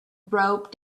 rope